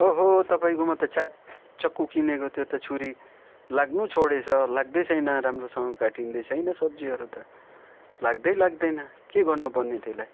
अहो तपाईँकोमा त चाक चक्कु किनेको त्यो त छुरी लाग्नु छोडेछ लाग्दै छैन राम्रोसँग काट्टिँदै छैन सब्जीहरू त लाग्दै लाग्दैन के गर्नु पर्ने त्यसलाई